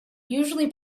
usually